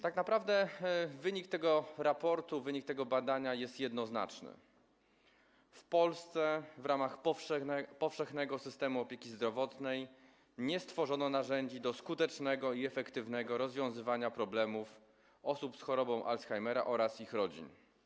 Tak naprawdę wynik tego raportu, wynik tego badania jest jednoznaczny: w Polsce w ramach powszechnego systemu opieki zdrowotnej nie stworzono narzędzi do skutecznego i efektywnego rozwiązywania problemów osób z chorobą Alzheimera oraz ich rodzin.